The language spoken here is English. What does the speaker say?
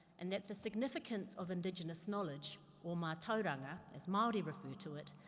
and that the significance of indigenous knowledge, or mar-toh-dung-ah, as maori referred to it,